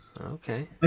Okay